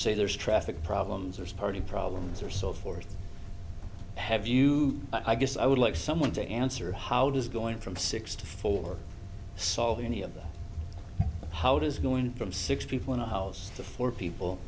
say there's traffic problems or party problems or so forth have you i guess i would like someone to answer how does going from sixty four solve any of them how does going from six people in a house to four people